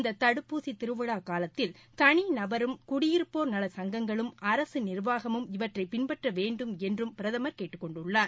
இந்த தடுப்பூசித் திருவிழா காலத்தில் தனிநபரும் குடியிருப்போர் நலச்சங்கங்களும் அரசு நிர்வாகமும் இவற்றை பின்பற்ற வேண்டும் என்றும் பிரதமர் கேட்டுக்கொண்டுள்ளார்